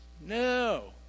No